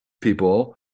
people